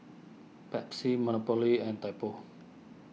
Pepsi Monopoly and Typo